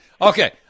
Okay